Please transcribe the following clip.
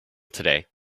today